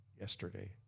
yesterday